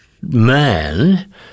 man